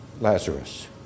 Lazarus